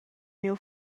miu